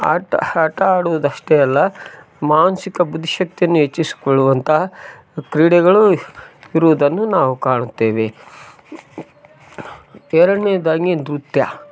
ಆಟ ಆಟ ಆಡುದು ಅಷ್ಟೆ ಅಲ್ಲ ಮಾನಸಿಕ ಬುದ್ದಿ ಶಕ್ತಿಯನ್ನು ಹೆಚ್ಚಿಸಿಕೊಳ್ಳುವಂತ ಕ್ರೀಡೆಗಳು ಇರುವುದನ್ನು ನಾವು ಕಾಣುತ್ತೇವೆ ಎರಡನೆದಾಗಿ ನೃತ್ಯ